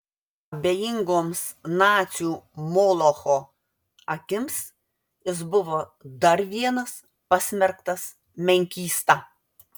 abejingoms nacių molocho akims jis buvo dar vienas pasmerktas menkysta